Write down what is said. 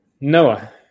Noah